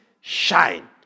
shine